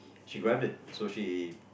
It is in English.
she grabbed it so she